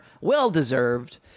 well-deserved